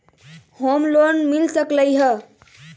Home loan मिल सकलइ ह?